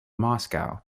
moscow